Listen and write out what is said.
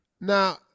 Now